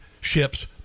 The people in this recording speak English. ship's